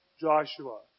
Joshua